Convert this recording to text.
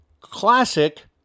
classic